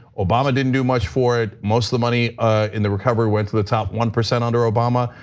obama didn't do much for it. most of the money in the recovery went to the top one percent under obama,